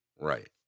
right